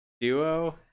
duo